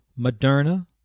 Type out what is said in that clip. Moderna